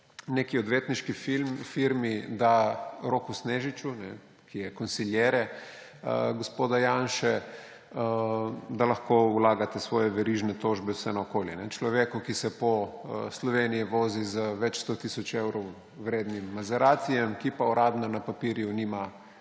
neki odvetniški firmi, da Roku Snežiču, ki je consigliere gospoda Janše, lahko vlagate svoje verižne tožbe vse naokoli. Človeku, ki se po Sloveniji vozi z več sto tisoč evrov vrednim maseratijem, ki pa uradno na papirju nima